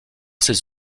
ses